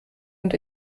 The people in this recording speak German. und